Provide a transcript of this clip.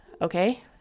okay